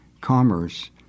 commerce